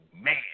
man